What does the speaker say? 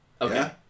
Okay